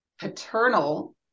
paternal